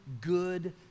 good